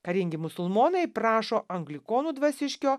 karingi musulmonai prašo anglikonų dvasiškio